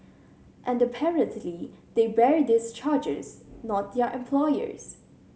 and apparently they bear these charges not their employers